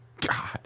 God